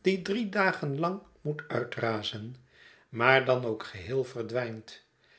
die drie dagen lang moet uitrazen maar dan ook geheel verdwijnt